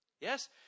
Yes